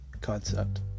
concept